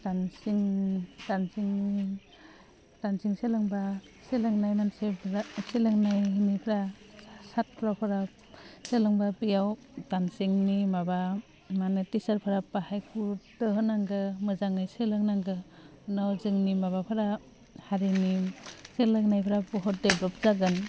डानसिंनि डानसिंननि डानसिं सोलोंबा सोलोंनाय मोनसे बेराद सोलोंनाय मोनब्ला सात्रफ्रा सोलोंबा बेयाव डानसिंनि माबा मा होनो टिचारफ्रा बाहाय गुरुत्य' होनांगोन मोजाङै सोलोंनांगोन उनाव जोंनि माबाफ्रा हारिनि सोलोंनायफ्रा बहुद डेब्लब जागोन